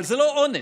אבל זה לא עונש,